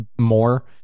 more